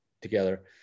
together –